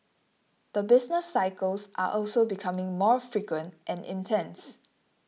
the business cycles are also becoming more frequent and intense